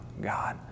God